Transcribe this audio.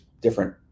different